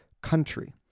country